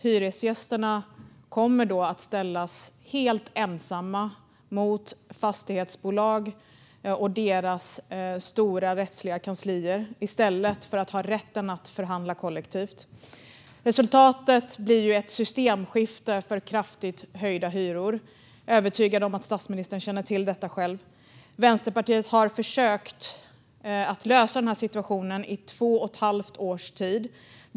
Hyresgästerna kommer då att ställas helt ensamma mot fastighetsbolag och deras stora rättsliga kanslier i stället för att ha rätten att förhandla kollektivt. Resultatet blir ett systemskifte för kraftigt höjda hyror. Jag är övertygad om att statsministern känner till det själv. Vänsterpartiet har försökt att lösa situationen i två och ett halvt års tid.